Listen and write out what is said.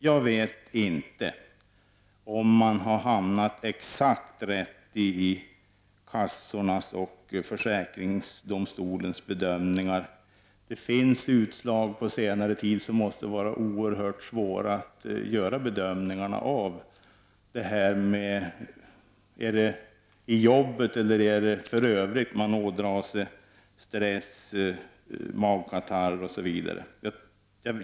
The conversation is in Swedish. Jag vet inte om kassorna och försäkringsdomstolen har hamnat exakt rätt i sina bedömningar. Det finns utslag på senare tid där det måste ha varit oerhört svårt att göra bedömningarna. Är det förhållandena i jobbet eller för övrigt som förorsakar stress, magkatarr osv.?